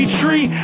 tree